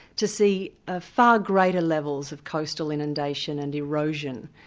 to see ah far greater levels of coastal inundation and erosion,